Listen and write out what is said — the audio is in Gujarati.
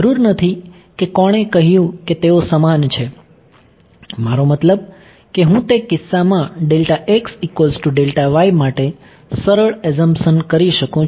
જરૂર નથી કે કોણે કહ્યું કે તેઓ સમાન છે મારો મતલબ કે હું તે કિસ્સામાં માટે સરળ એઝમ્પશન કરી શકું છું